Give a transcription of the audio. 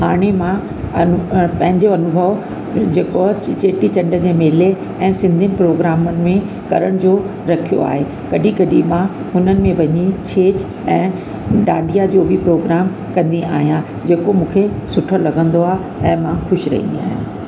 हाणे मां अनु पंहिंजे अनुभव जेको आहे च चेटीचंड जे मेले ऐं सिंधी प्रोग्रामनि में करण जो रखियो आहे कॾहिं कॾहिं मां हिननि में पंहिंजी छेॼ ऐं डांडिया जो बि प्रोगाम कंदी आहियां जेको मूंखे सुठो लॻंदो आहे ऐं मां ख़ुशि रहंदी आहियां